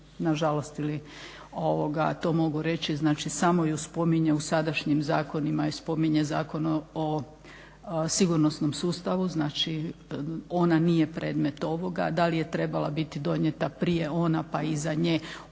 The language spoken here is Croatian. nažalost to mogu reći samo ju spominje u sadašnjem zakonima je spominje Zakon o sigurnosnom sustavu znači ona nije predmet ovoga. Da li je trebala biti donijeta prije ona pa iza nje ovi